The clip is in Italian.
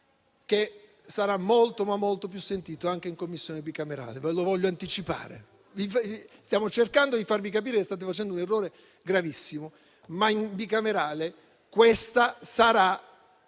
tema sarà molto, ma molto più sentito anche in Commissione bicamerale. Lo voglio anticipare. Stiamo cercando di farvi capire che state facendo un errore gravissimo, ma nella Commissione queste saranno